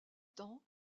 temps